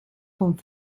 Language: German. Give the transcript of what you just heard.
vom